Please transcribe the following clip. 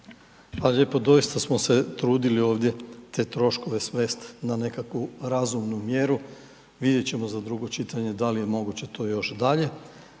lijepa. Doista smo se trudili ovdje te troškove svesti na nekakvu razumnu mjeru, vidjeti ćemo za drugo čitanje da li je moguće to još dalje